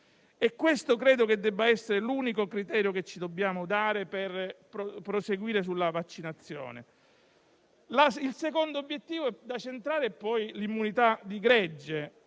questo debba essere l'unico criterio che ci dobbiamo dare per proseguire nella vaccinazione. Il secondo obiettivo da centrare è, poi, l'immunità di gregge,